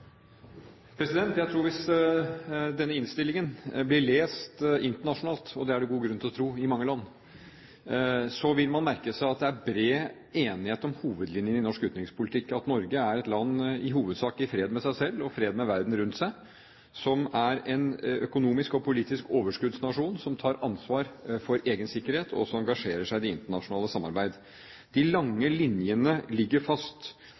å tro, i mange land – vil man merke seg at det er bred enighet om hovedlinjene i norsk utenrikspolitikk, og at Norge er et land i hovedsak i fred med seg selv og i fred med verden rundt seg, som er en økonomisk og politisk overskuddsnasjon som tar ansvar for egen sikkerhet, og som engasjerer seg i det internasjonale samarbeidet. De lange linjene ligger fast.